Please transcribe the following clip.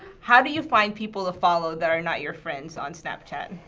how do you find people to follow that are not your friends on snapchat?